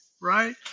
Right